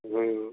जी